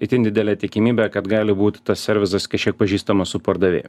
itin didelė tikimybė kad gali būti tas servizas kažkiek pažįstamas su pardavėju